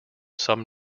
some